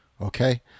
Okay